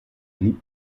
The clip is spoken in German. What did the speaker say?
blieb